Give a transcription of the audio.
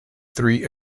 three